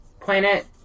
Planet